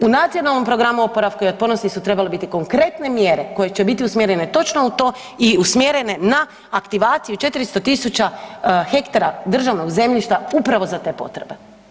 U Nacionalnom programu oporavka i otpornosti su trebale biti konkretne mjere koje će biti usmjerene točno u to i usmjerene na aktivaciju 400 tisuća hektara državnog zemljišta upravo za te potrebe.